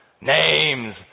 names